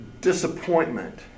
disappointment